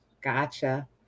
Gotcha